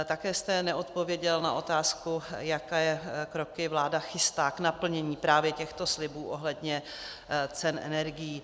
Také jste neodpověděl na otázku, jaké kroky vláda chystá k naplnění právě těchto slibů ohledně cen energií.